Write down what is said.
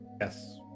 Yes